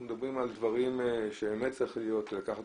אנחנו מדברים על דברים שצריך לקחת